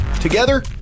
Together